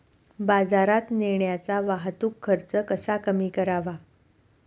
बाजारात नेण्याचा वाहतूक खर्च कसा कमी करावा?